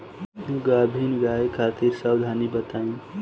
गाभिन गाय खातिर सावधानी बताई?